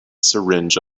syringe